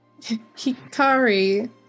Hikari